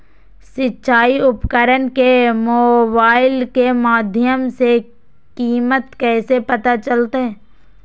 सिंचाई उपकरण के मोबाइल के माध्यम से कीमत कैसे पता चलतय?